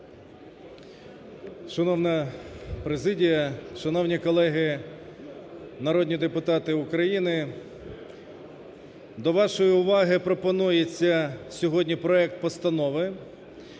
Шановна президія, шановні колеги народні депутати України! До вашої уваги пропонується сьогодні проект Постанови